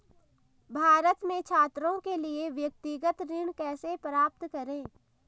भारत में छात्रों के लिए व्यक्तिगत ऋण कैसे प्राप्त करें?